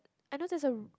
I know there's a